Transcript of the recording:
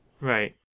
Right